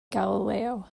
galileo